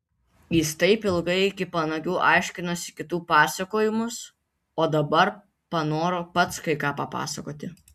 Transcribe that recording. jis taip ilgai iki panagių aiškinosi kitų pasakojimus o dabar panoro pats kai ką papasakoti